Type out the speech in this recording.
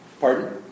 pardon